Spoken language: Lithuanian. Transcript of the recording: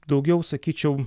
daugiau sakyčiau